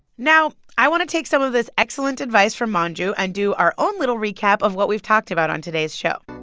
now, i want to take some of this excellent advice from manju and do our own little recap of what we've talked about on today's show